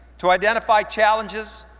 to identify challenges,